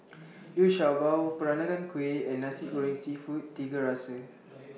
Liu Sha Bao Peranakan Kueh and Nasi Goreng Seafood Tiga Rasa